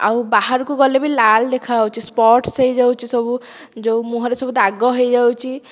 ଆଉ ବାହାରକୁ ଗଲେ ବି ଲାଲ୍ ଦେଖାଯାଉଛି ସ୍ପଟସ୍ ହୋଇଯାଉଛି ସବୁ ଯେଉଁ ମୁହଁରେ ସବୁ ଦାଗ ହୋଇଯାଉଛି